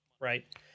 right